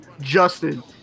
justin